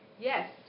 Yes